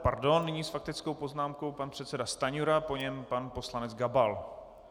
Pardon, nyní s faktickou poznámkou pan předseda Stanjura, po něm pan poslanec Gabal.